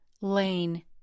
Lane